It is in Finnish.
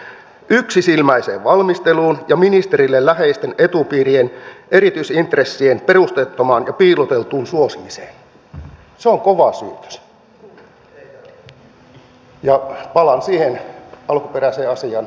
me valiokunnassa annoimme hyvinkin jyrkkää palautetta valtiovarainministeriön asiantuntijoille tästä asiasta nutta tämä pitäisi myös saada eteenpäin